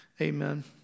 Amen